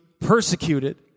persecuted